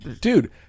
dude